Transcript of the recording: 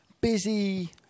busy